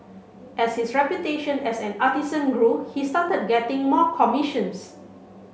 as his reputation as an artisan grew he started getting more commissions